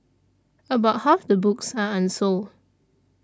about half the books are unsold